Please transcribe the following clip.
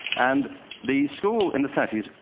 and the school, in the thirty s,